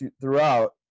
throughout